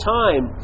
time